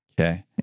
Okay